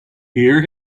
hear